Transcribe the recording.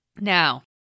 Now